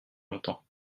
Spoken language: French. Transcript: longtemps